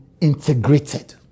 integrated